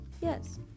Yes